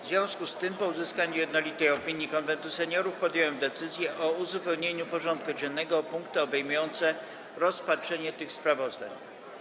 W związku z tym, po uzyskaniu jednolitej opinii Konwentu Seniorów, podjąłem decyzję o uzupełnieniu porządku dziennego o punkty obejmujące rozpatrzenie tych sprawozdań.